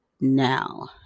now